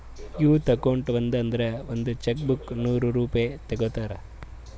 youth account ಇತ್ತು ಅಂದುರ್ ಒಂದ್ ಚೆಕ್ ಬುಕ್ಗ ನೂರ್ ರೂಪೆ ತಗೋತಾರ್